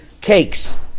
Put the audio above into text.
cakes